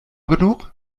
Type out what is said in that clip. genug